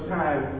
time